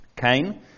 Cain